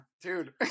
dude